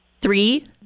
Three